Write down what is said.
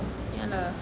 ya lah